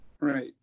Right